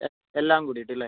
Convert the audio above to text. A എല്ലാം കൂടിയിട്ട് അല്ലേ